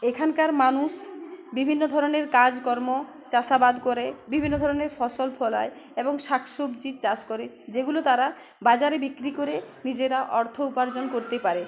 এখানকার মানুষ বিভিন্ন ধরনের কাজকর্ম চাষাবাদ করে বিভিন্ন ধরনের ফসল ফলায় এবং শাক সবজির চাষ করে যেগুলো তারা বাজারে বিক্রি করে নিজেরা অর্থ উপার্জন করতে পারে